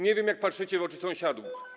Nie wiem, jak patrzycie w oczy sąsiadom.